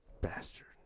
Bastard